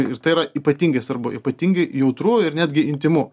ir tai yra ypatingai svarbu ypatingai jautru ir netgi intymu